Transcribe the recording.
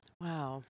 Wow